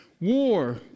War